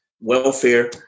welfare